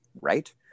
Right